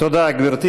תודה, גברתי.